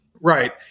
right